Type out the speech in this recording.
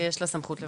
ויש לה סמכות לבקש.